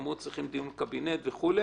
אמרו שצריכים דיון בקבינט וכולי